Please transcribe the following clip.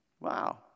Wow